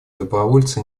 добровольцы